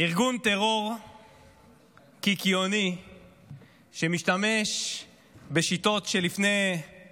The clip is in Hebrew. ארגון טרור קיקיוני שמשתמש בשיטות של לפני אני